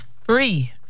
free